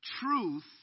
Truth